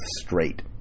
straight